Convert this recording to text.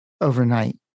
overnight